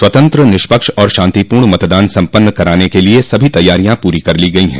स्वतंत्र निष्पक्ष एवं शातिपूर्ण मतदान सम्पन्न कराने के लिये सभी तैयारियां पूरी कर ली गई हैं